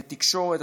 בתקשורת,